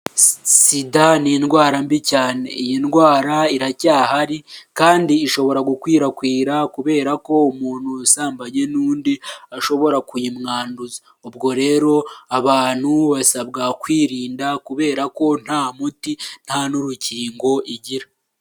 Sida ni indwara mbi cyane, iyi ndwara iracyahari kandi ishobora gukwirakwira kubera ko umuntu usambanye n'undi ashobora kuyimwanduza, ubwo rero abantu basabwa kwirinda kubera ko nta muti nta n'urukingo igira.